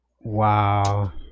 Wow